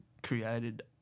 Created